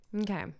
okay